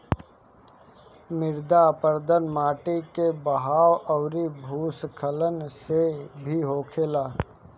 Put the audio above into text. मृदा अपरदन माटी के बहाव अउरी भू स्खलन से भी होखेला